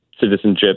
citizenship